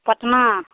Patna